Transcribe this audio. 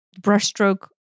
brushstroke